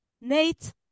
Nate